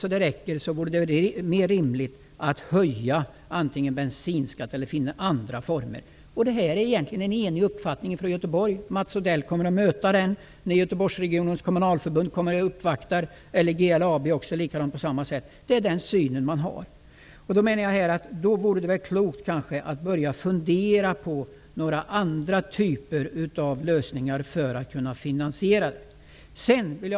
Om det inte finns så mycket att det räcker vore det rimligt att höja bensinskatten eller finna andra former. Detta är en enig uppfattning i Göteborg. Mats Odell kommer att få höra den när Göteborgsregionens kommunalförbund kommer och uppvaktar. Jag menar att det därför vore klokt att fundera över andra sätt att lösa finansieringen.